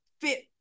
fit